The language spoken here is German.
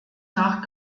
nach